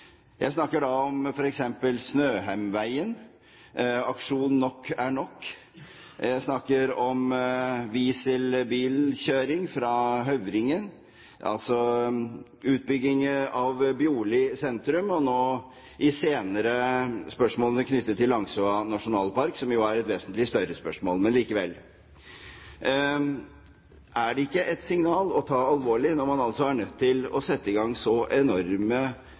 Jeg snakker da om f.eks. Snøheimveien, om aksjonen «Nok er nok», om weaselkjøring fra Høvringen, om utbygging av Bjorli sentrum og nå om de senere spørsmålene knyttet til Langsua nasjonalpark, som jo er et vesentlig større spørsmål, men likevel. Er det ikke et signal å ta alvorlig når man er nødt til å sette i gang så enorme